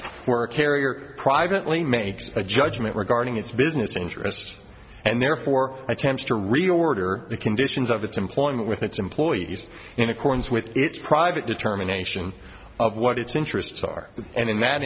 were a carrier privately made a judgment regarding its business interests and therefore attempts to reorder the conditions of its employment with its employees in accordance with its private determination of what its interests are and in that